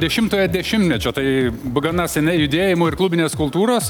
dešimtojo dešimtmečio tai gana seni judėjimo ir klubinės kultūros